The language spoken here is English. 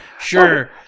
Sure